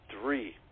three